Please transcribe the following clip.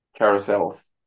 carousels